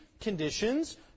conditions